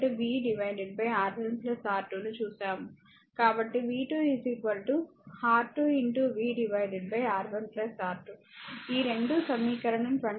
కాబట్టి v 2 R2 v R1 R2 ఈ రెండూ సమీకరణం 26